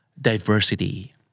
Diversity